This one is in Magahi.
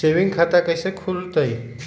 सेविंग खाता कैसे खुलतई?